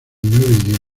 nueve